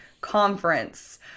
conference